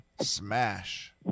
Smash